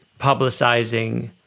publicizing